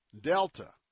Delta